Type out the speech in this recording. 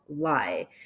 lie